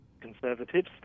Conservatives